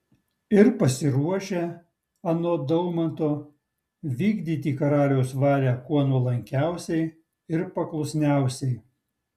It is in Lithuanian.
ir pasiruošę anot daumanto vykdyti karaliaus valią kuo nuolankiausiai ir paklusniausiai